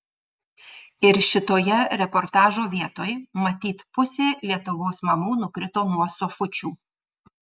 ir šitoje reportažo vietoj matyt pusė lietuvos mamų nukrito nuo sofučių